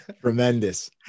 Tremendous